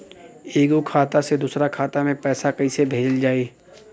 एगो खाता से दूसरा खाता मे पैसा कइसे भेजल जाई?